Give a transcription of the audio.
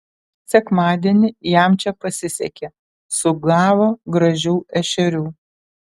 sekmadienį jam čia pasisekė sugavo gražių ešerių